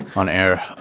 on air.